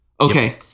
Okay